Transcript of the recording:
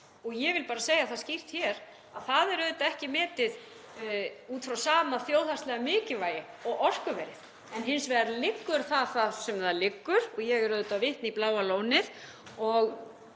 og ég vil bara segja það skýrt hér að það er auðvitað ekki metið út frá sama þjóðhagslega mikilvægi og orkuverið. Hins vegar liggur það þar sem það liggur — ég er auðvitað að vísa í Bláa lónið —